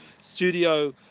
studio